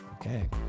Okay